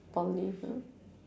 poly ha